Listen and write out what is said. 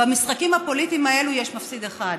במשחקים הפוליטיים האלה יש מפסיד אחד,